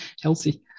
healthy